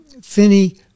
Finney